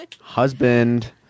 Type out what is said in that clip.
Husband